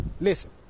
Listen